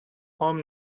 home